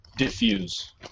diffuse